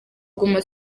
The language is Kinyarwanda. guma